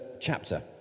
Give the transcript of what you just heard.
chapter